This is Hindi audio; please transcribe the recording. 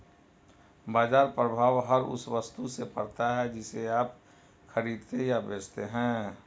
बाज़ार प्रभाव हर उस वस्तु से पड़ता है जिसे आप खरीदते या बेचते हैं